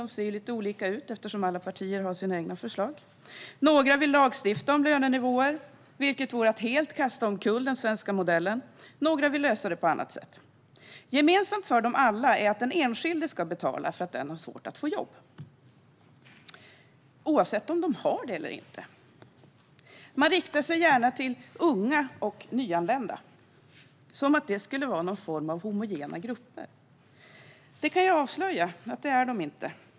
Det ser lite olika ut eftersom alla partier har sina egna förslag. Några vill lagstifta om lönenivåer, vilket vore att helt kasta omkull den svenska modellen. Andra vill lösa det på annat sätt. Gemensamt för alla är att den enskilde ska betala för att man har svårt att få jobb, oavsett om det verkligen är så eller inte. Man riktar sig gärna mot unga och nyanlända - som om de vore homogena grupper. Jag kan avslöja att de inte är det.